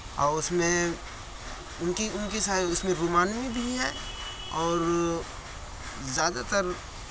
اور اس میں ان کی ان کی سا اس میں رومانوی بھی ہے اور زیادہ تر